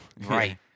Right